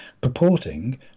purporting